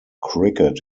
cricket